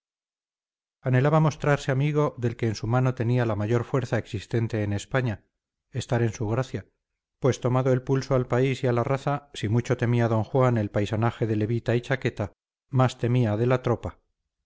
anhelaba mostrarse amigo del que en su mano tenía la mayor fuerza existente en españa estar en su gracia pues tomado el pulso al país y a la raza si mucho temía d juan del paisanaje de levita y chaqueta más temía de la tropa